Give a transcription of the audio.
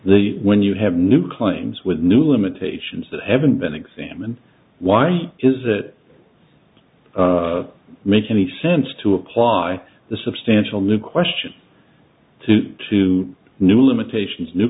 the when you have new claims with new limitations that haven't been examined why is it make any sense to apply the substantial new question to two new limitations new